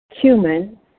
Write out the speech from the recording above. cumin